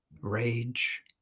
rage